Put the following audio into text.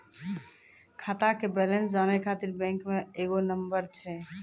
खाता के बैलेंस जानै ख़ातिर बैंक मे एगो नंबर छै?